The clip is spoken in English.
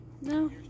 No